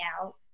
out